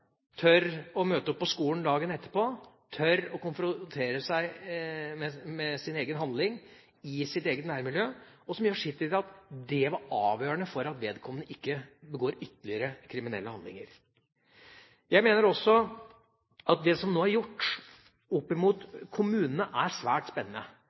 tør å møte opp på skolen dagen etterpå, tør å konfronteres med sin egen handling i sitt eget nærmiljø, noe som gjør sitt til at det var avgjørende for at vedkommende ikke begår ytterligere kriminelle handlinger. Jeg mener også at det som nå er gjort opp mot kommunene, er svært spennende.